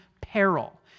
peril